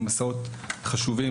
הם מסעות חשובים,